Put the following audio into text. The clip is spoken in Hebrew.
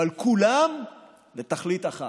אבל כולם לתכלית אחת,